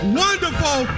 wonderful